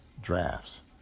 drafts